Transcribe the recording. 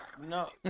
no